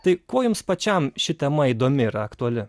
tai kuo jums pačiam ši tema įdomi ir aktuali